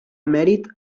emèrit